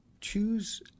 choose